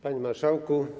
Panie Marszałku!